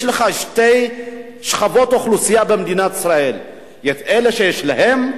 יש לך שתי שכבות אוכלוסייה במדינת ישראל: אלה שיש להם,